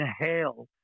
inhale